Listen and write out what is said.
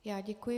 Já děkuji.